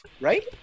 right